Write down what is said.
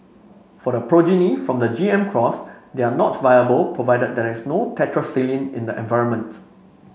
for the progeny from the G M cross they are not viable provided there is no tetracycline in the environment